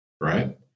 right